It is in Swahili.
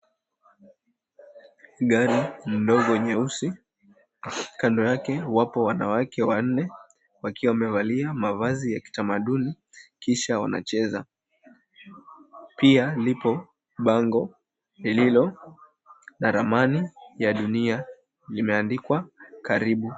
Gari ndogo nyeusi alafu kando yake wapo wanawake wanne wakiwa wamevali mavazi yakitamaduni kisha wanacheza, pia lipo bango lililo na ramani ya dunia limeandikwa Karibu.